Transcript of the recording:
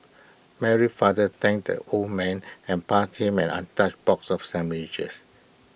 Mary father thanked that old man and passed him an untouched box of sandwiches